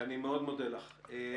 אני מודה לך מאוד.